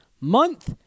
month